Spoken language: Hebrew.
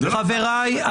חבריי,